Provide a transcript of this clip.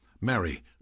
Mary